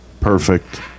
perfect